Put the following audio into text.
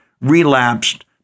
relapsed